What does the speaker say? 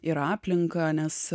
ir aplinką nes